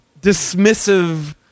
dismissive